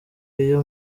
iyo